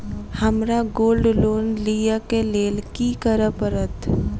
हमरा gold loan लिय केँ लेल की करऽ पड़त?